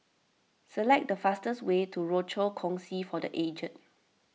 select the fastest way to Rochor Kongsi for the Aged